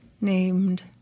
named